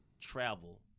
Travel